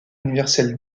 universel